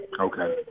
Okay